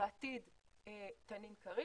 בעתיד תנין-כריש,